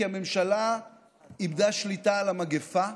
כי הממשלה איבדה שליטה על המגפה.